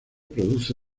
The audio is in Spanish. produce